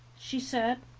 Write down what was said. she said.